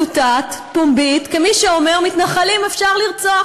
אתה מצוטט פומבית כמי שאומר: מתנחלים אפשר לרצוח,